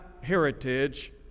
heritage